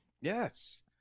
Yes